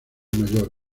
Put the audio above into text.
mayor